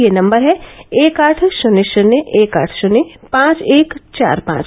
यह नम्बर है एक आठ शुन्य शुन्य एक आठ शुन्य पांच एक चार पांच